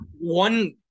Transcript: one